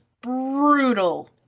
brutal